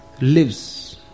lives